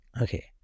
Okay